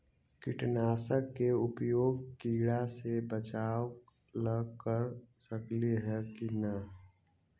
कीटनाशक के उपयोग किड़ा से बचाव ल कर सकली हे की न?